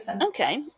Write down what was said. Okay